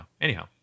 Anyhow